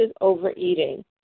overeating